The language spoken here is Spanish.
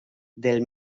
del